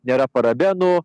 nėra parabenų